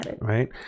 right